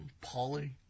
Polly